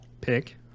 pick